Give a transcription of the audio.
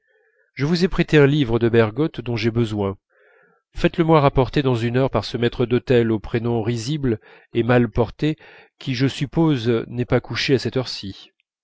je vous ai prêté un livre de bergotte dont j'ai besoin faites-le-moi rapporter dans une heure par ce maître d'hôtel au prénom risible et mal porté qui je suppose n'est pas couché à cette heure-ci